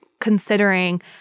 considering